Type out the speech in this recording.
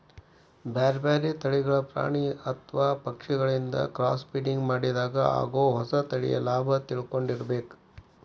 ಬ್ಯಾರ್ಬ್ಯಾರೇ ತಳಿಗಳ ಪ್ರಾಣಿ ಅತ್ವ ಪಕ್ಷಿಗಳಿನ್ನ ಕ್ರಾಸ್ಬ್ರಿಡಿಂಗ್ ಮಾಡಿದಾಗ ಆಗೋ ಹೊಸ ತಳಿಯ ಲಾಭ ತಿಳ್ಕೊಂಡಿರಬೇಕು